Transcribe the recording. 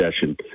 session